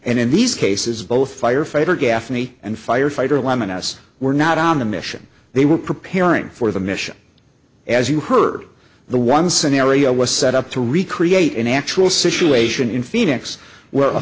and in these cases both firefighter gaffney and firefighter lemon s were not on a mission they were preparing for the mission as you heard the one scenario was set up to recreate an actual situation in phoenix where a